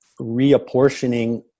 reapportioning